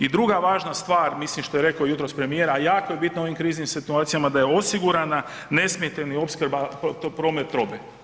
I druga važna stvar, mislim što je rekao jutros premijer, a jako je bitno u ovim kriznim situacijama da je osigurana nesmetana opskrba promet robe.